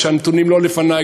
כשהנתונים לא לפני,